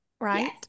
right